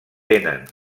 tenen